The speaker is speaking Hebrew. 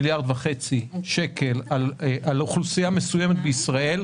מיליארד שקל על אוכלוסייה מסוימת בישראל.